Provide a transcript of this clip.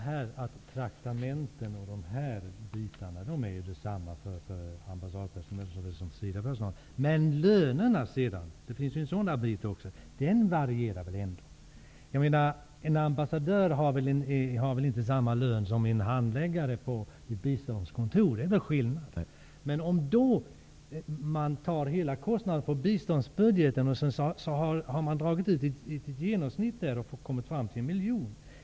Herr talman! Traktamenten och liknande är desamma för ambassadspersonal och SIDA personal. Men lönerna -- det finns ju också en sådan del -- varierar väl? En ambassadör har inte samma lön som en handläggare på ett biståndskontor. Det finns en skillnad där. Men om man tar ut hela kostnaden på biståndsbudgeten, har man räknat ut ett genomsnitt och kommit fram till en miljon.